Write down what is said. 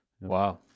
Wow